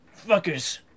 Fuckers